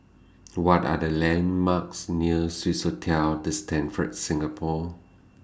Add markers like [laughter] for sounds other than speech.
[noise] What Are The landmarks near Swissotel The Stamford Singapore